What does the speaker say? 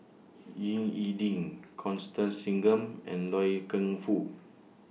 Ying E Ding Constance Singam and Loy Keng Foo